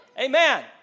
Amen